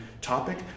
topic